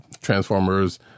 Transformers